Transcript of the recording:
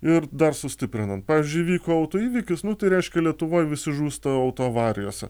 ir dar sustiprinant pavyzdžiui įvyko autoįvykis nu tai reiškia lietuvoj visi žūsta autoavarijose